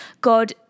God